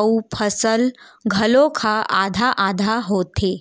अउ फसल घलौक ह आधा आधा होथे